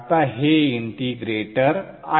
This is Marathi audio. आता हे इंटिग्रेटर आहे